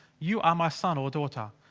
you are my son or daughter.